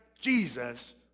Jesus